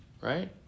Right